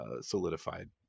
solidified